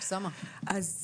גם